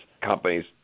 companies